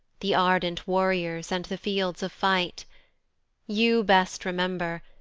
the ardent warriors, and the fields of fight you best remember,